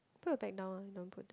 put your bag down ah don't put there